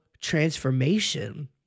transformation